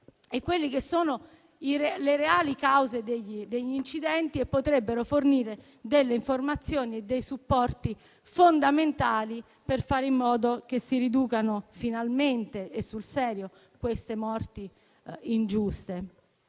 valutare i dati e le reali cause degli incidenti, potendo così fornire informazioni e supporti fondamentali, per fare in modo che si riducano finalmente e sul serio queste morti ingiuste.